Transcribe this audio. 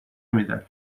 میدن